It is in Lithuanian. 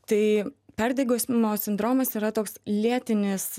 tai perdegimo sindromas yra toks lėtinis